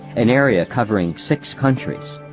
an area covering six countries.